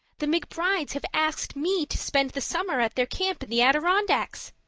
the mcbrides have asked me to spend the summer at their camp in the adirondacks!